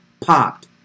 popped